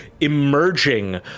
emerging